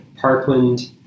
Parkland